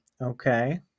Okay